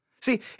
See